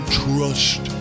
trust